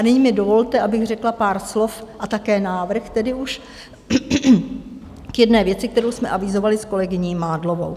Nyní mi dovolte, abych řekla pár slov a také návrh tedy už k jedné věci, kterou jsme avizovaly s kolegyní Mádlovou.